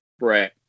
Right